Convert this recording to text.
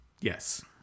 yes